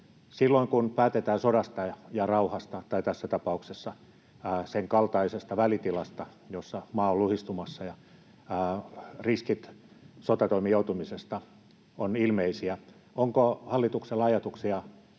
Silloin kun päätetään sodasta ja rauhasta — tai tässä tapauksessa senkaltaisesta välitilasta, jossa maa on luhistumassa ja riskit sotatoimiin joutumisesta ovat ilmeisiä — onko hallituksella ajatuksia